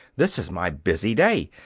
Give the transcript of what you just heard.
this is my busy day.